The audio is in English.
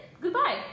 Goodbye